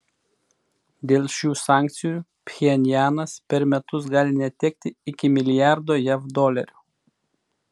dėl šių sankcijų pchenjanas per metus gali netekti iki milijardo jav dolerių